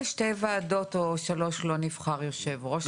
לשתי ועדות או שלוש לא נבחר יושב ראש עדיין.